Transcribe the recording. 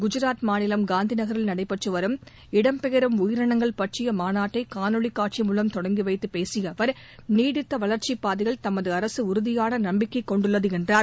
குஜராத் மாநிலம் காந்தி நகரில் நடைபெற்றுவரும் இடம்பெயரும் உயிரினங்கள் பற்றிய மாநாட்டை காணொலி காட்சி மூலம் தொடங்கி வைத்து பேசிய அவா் நீடித்த வளா்ச்சிப் பாதையில் தமது அரசு உறுதியான நம்பிக்கை கொண்டுள்ளது என்றார்